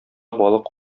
балык